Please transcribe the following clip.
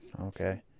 Okay